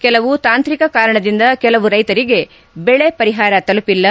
ಕೆಲವು ತಾಂತ್ರಿಕ ಕಾರಣದಿಂದ ಕೆಲವು ರೈತರಿಗೆ ಬೆಳೆ ಪರಿಹಾರ ತಲುಪಿಲ್ಲ